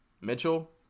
mitchell